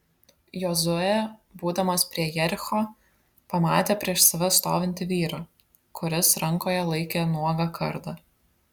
jozuė būdamas prie jericho pamatė prieš save stovintį vyrą kuris rankoje laikė nuogą kardą